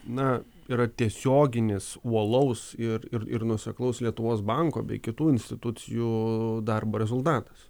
na yra tiesioginis uolaus ir ir nuoseklaus lietuvos banko bei kitų institucijų darbo rezultatas